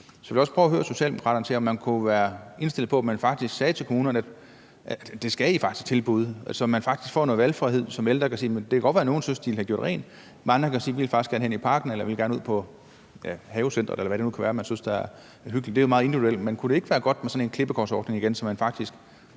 Så jeg vil også prøve at høre Socialdemokraterne, om man kunne være indstillet på, at man faktisk sagde til kommunerne, at det skal være et tilbud, så man får noget valgfrihed som ældre. Det kan godt være, nogle synes, de vil have gjort rent, men andre siger måske, at de faktisk hellere vil hen i parken eller ud på et havecenter, eller hvad det nu kan være, man synes er hyggeligt – det er jo meget individuelt. Kunne det ikke være godt med sådan en klippekortsordning igen, så man faktisk